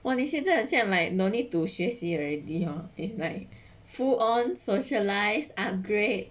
!wah! 你现在现在 might no need to 学习 already hor it's like full on socialized upgrade